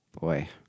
Boy